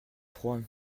froid